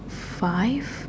five